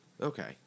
Okay